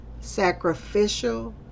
sacrificial